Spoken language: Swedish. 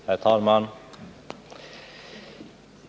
Herr talman!